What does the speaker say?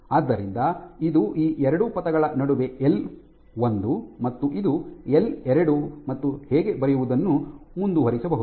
ಆದ್ದರಿಂದ ಇದು ಈ ಎರಡು ಪಥಗಳ ನಡುವೆ ಎಲ್ ಒಂದು ಮತ್ತು ಇದು ಎಲ್ ಎರಡು ಮತ್ತು ಹೀಗೆ ಬರೆಯುವುದನ್ನು ಮುಂದುವರಿಸಬಹುದು